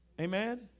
Amen